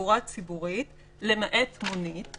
"תחבורה ציבורית" למעט מונית"